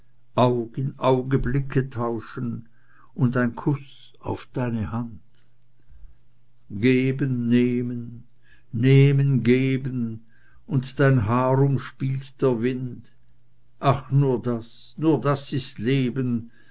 aug in auge blicke tauschen und ein kuß auf deine hand geben nehmen nehmen geben und dein haar umspielt der wind ach nur das nur das ist leben